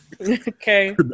Okay